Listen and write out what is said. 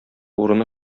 урыны